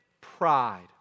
pride